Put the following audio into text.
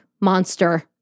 monster